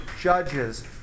judges